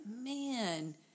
Man